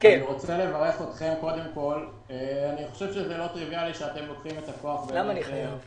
אני חושב שזה לא טריוויאלי שאתם לוקחים את המושכות ולא מחכים